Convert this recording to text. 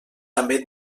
també